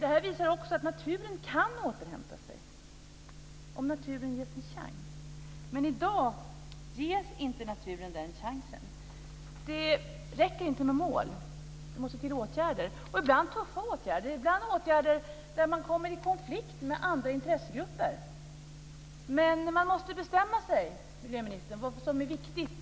Det här visar också att naturen kan återhämta sig om naturen ges en chans, men i dag ges inte naturen den chansen. Det räcker inte med mål. Det måste till åtgärder och ibland tuffa åtgärder. Ibland behövs åtgärder som innebär att man kommer i konflikt med andra intressegrupper. Man måste bestämma sig, miljöministern, för vad som är viktigt.